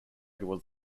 was